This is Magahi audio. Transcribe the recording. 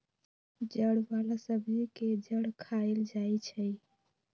जड़ वाला सब्जी के जड़ खाएल जाई छई